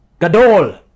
gadol